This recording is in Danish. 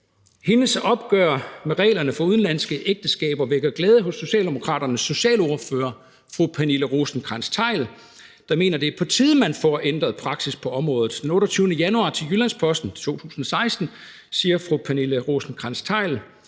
vi har til behandling her i dag, kommer med, vækker glæde hos Socialdemokraternes socialordfører, fru Pernille Rosenkrantz-Theil, der mener, at det er på tide, at man får ændret praksis på området. Den 28. januar 2016 siger fru Pernille Rosenkrantz-Theil